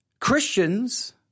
Christians